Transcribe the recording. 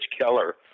Keller